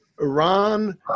Iran